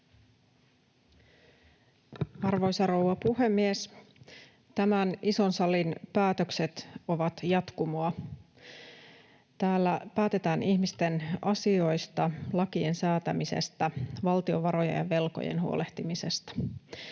Arvoisa rouva puhemies! Tämän ison salin päätökset ovat jatkumoa. Täällä päätetään ihmisten asioista, lakien säätämisestä, valtion varojen ja velkojen huolehtimisesta.